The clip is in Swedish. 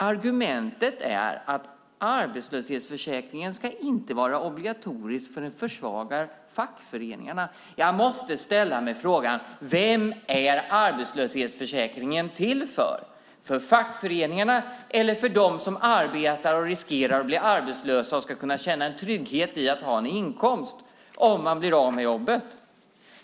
Argumentet är alltså att arbetslöshetsförsäkringen inte ska vara obligatorisk eftersom man då försvagar fackföreningarna. Jag måste ställa mig frågan: Vem är arbetslöshetsförsäkringen till för? Är den till för fackföreningarna eller för dem som arbetar och riskerar att bli arbetslösa och ska kunna känna en trygghet i att ha en inkomst om de blir av med jobbet?